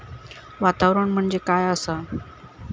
वातावरण म्हणजे काय आसा?